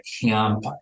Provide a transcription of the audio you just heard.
camp